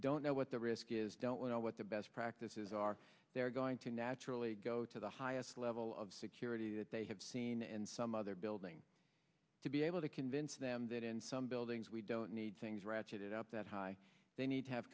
don't know what the risk is don't know what the best practices are they're going to naturally go to the highest level of security that they have seen and some other building to be able to convince them that in some buildings we don't need things ratcheted up that high they need to have